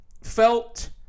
Felt